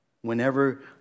whenever